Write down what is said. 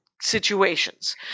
situations